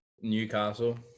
Newcastle